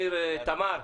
תמר,